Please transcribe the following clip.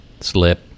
slip